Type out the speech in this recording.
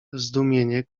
zdumienie